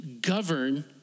govern